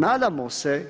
Nadamo se